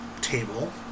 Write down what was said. table